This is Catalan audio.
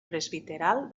presbiteral